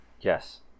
Yes